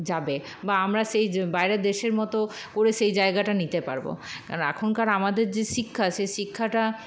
যাবে বা আমরা সেই যে বাইরের দেশের মত পুরো সেই জায়গাটা নিতে পারবো কারণ এখনকার আমাদের যে শিক্ষা সেই শিক্ষাটা